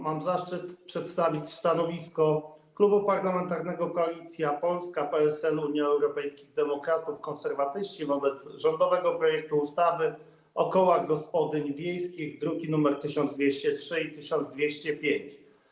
Mam zaszczyt przedstawić stanowisko Klubu Parlamentarnego Koalicja Polska - PSL, Unia Europejskich Demokratów, Konserwatyści wobec rządowego projektu ustawy o kołach gospodyń wiejskich, druki nr 1203 i 1205.